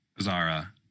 Zara